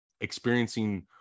experiencing